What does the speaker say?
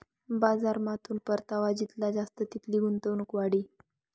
बजारमाथून परतावा जितला जास्त तितली गुंतवणूक वाढी